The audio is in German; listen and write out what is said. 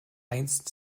einst